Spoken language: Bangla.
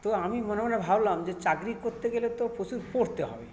তো আমি মনে মনে ভাবলাম যে চাকরি করতে গেলে তো প্রচুর পড়তে হবে